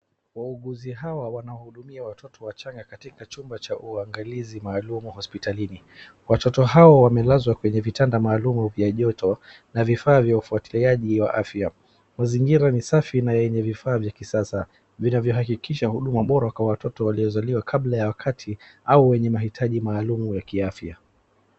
Wahudumu hawa wanahudumia watoto wachanga katika chumba cha uangalizi maalum hospitalini. Watoto hawa wamelazwa kwenye vitanda maalum vya joto na vifaa vya ufuatiliaji wa afya. Mazingira ni safi na yenye vifaa vya kisasa vinavyo hakikisha huduma bora ka watoto waliozaliwa kabla ya wakati ama wenye mahitaji maalum ya kiafya.